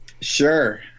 Sure